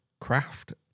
craft